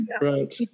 right